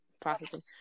processing